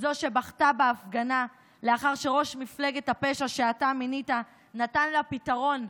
זו שבכתה בהפגנה לאחר שראש מפלגת הפשע שאתה מינית נתן לה פתרון,